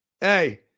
hey